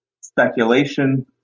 speculation